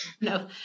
No